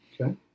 Okay